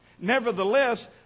Nevertheless